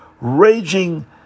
raging